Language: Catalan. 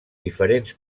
diferents